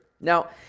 now